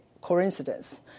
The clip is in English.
coincidence